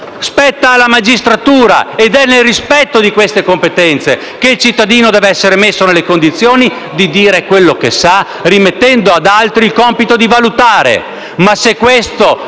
spetta alla magistratura ed è nel rispetto di queste competenze che il cittadino deve essere messo nelle condizioni di dire quello che sa, rimettendo ad altri il compito di valutare.